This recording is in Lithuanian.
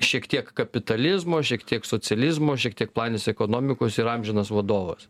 šiek tiek kapitalizmo šiek tiek socializmo šiek tiek planinės ekonomikos yra amžinas vadovas